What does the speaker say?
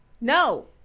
No